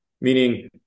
meaning